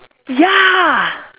ya